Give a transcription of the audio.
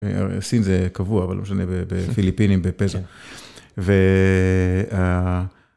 סין זה קבוע, אבל לא משנה, בפיליפינים, בפזו, ו...